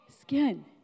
skin